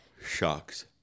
Shocks